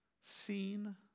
seen